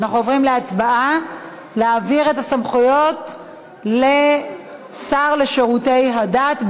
אנחנו עוברים להצבעה על העברת הסמכויות בנוגע לנישואין לשר לשירותי דת.